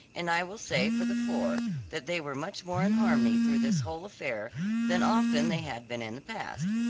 and i will say for the four that they were much more in harmony through this whole affair than often they had been in the past,